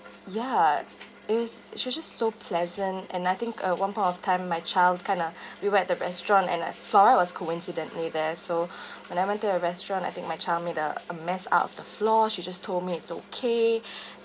ya it was she was just so pleasant and I think uh one point of time my child kind of we were at the restaurant and I flora was coincidentally there so when I went to your restaurant I think my child made a a mess up the floor she just told me it's okay